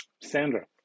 sandra